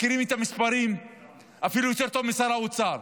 מכירים את המספרים אפילו יותר טוב משר האוצר.